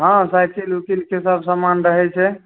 हँ साइकिल उकिलके सब सामान रहय छै